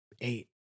eight